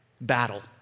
battle